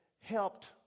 helped